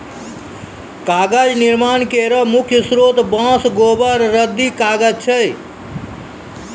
कागज निर्माण केरो मुख्य स्रोत बांस, गोबर, रद्दी कागज छै